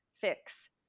fix